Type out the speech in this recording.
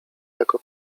jako